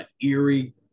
eerie